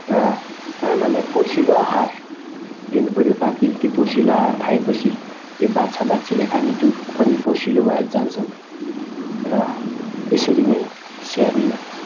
र आमालाई पोषिलो आहार दिनुपऱ्यो ताकि त्यो पोषिलो आहार खाएपछि त्यो बाछाबाछीले खाने दुध पनि पोषिलो भएर जान्छ र यसरी नै स्याहार्ने गर्नुपर्छ